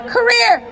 Career